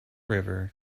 river